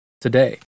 today